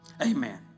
amen